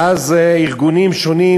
ואז ארגונים שונים,